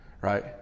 Right